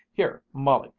here, molly,